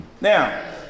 Now